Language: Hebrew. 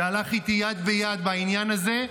שהלך איתי יד ביד בעניין הזה,